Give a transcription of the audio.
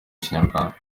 kinyarwanda